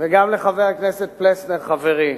וגם לחבר הכנסת פלסנר חברי.